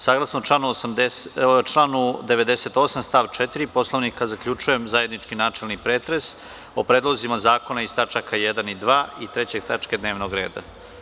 Saglasno članu 98. stav 4. Poslovnika, zaključujem zajednički načelni pretres o predlozima zakona iz tačaka 1. i 2. i 3. tačke dnevnog reda.